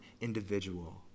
individual